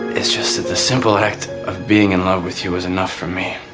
it's just that the simple act of being in love with you was enough for me